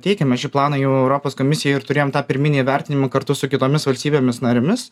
teikėme šį planą į europos komisiją ir turėjom tą pirminį įvertinimą kartu su kitomis valstybėmis narėmis